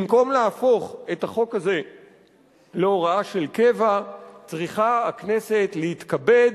במקום להפוך את החוק הזה להוראה של קבע צריכה הכנסת להתכבד